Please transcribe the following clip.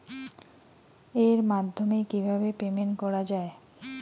এর মাধ্যমে কিভাবে পেমেন্ট করা য়ায়?